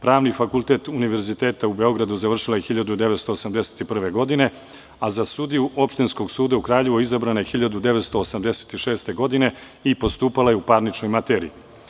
Pravni fakultet Univerziteta u Beogradu završila je 1981. godine, a za sudiju Opštinskog suda u Kraljevu izabrana je 1986. godine i postupala je u parničnoj materiji.